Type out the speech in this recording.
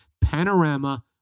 Panorama